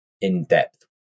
in-depth